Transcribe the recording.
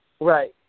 Right